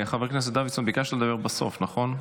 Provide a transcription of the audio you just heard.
חבר הכנסת דוידסון, ביקשת לדבר בסוף, נכון?